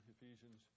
Ephesians